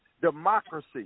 Democracy